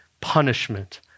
punishment